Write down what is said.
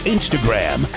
Instagram